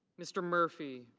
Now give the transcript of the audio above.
mr. murphy.